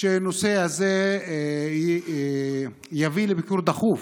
שהנושא הזה יביא לביקור דחוף